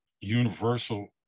universal